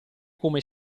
come